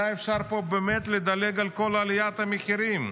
היה אפשר לדלג על כל עליית המחירים.